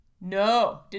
No